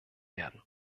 werden